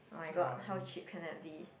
[oh]-my-god how cheap can that be